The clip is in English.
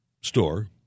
store